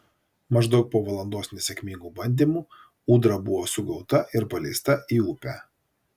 maždaug po valandos nesėkmingų bandymų ūdra buvo sugauta ir paleista į upę